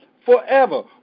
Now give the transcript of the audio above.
forever